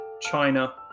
China